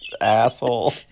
asshole